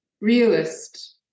realist